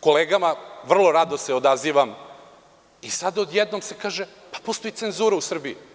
kolegama, vrlo rado se odazivam, sada se odjednom kaže – postoji cenzura u Srbiji.